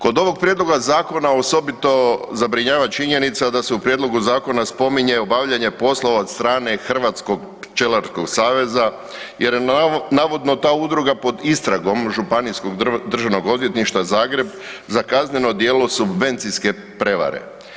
Kod ovog prijedloga zakona osobito zabrinjava činjenica da se u prijedlogu zakona spominje obavljanje poslova od strane Hrvatskog pčelarskog saveza jer je navodno ta udruga pod istragom Županijskog državnog odvjetništva Zagreb za kazneno djelo subvencijske prevare.